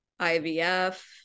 IVF